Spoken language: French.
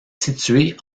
située